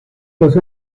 los